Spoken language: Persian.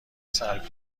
سلب